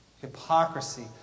Hypocrisy